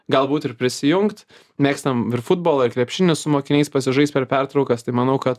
galbūt ir prisijungt mėgstam ir futbolą ir krepšinį su mokiniais pasižaist per pertraukas tai manau kad